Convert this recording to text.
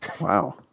Wow